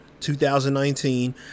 2019